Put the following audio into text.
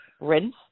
rinse